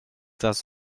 das